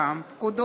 היושבת-ראש,